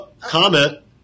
Comment